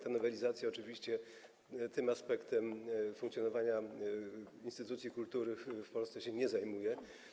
Ta nowelizacja oczywiście tym aspektem funkcjonowania instytucji kultury w Polsce się nie zajmuje.